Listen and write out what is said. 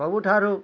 ସବୁଠାରୁ